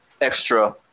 extra